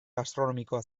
gastronomikoa